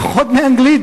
לפחות באנגלית,